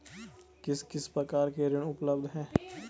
किस किस प्रकार के ऋण उपलब्ध हैं?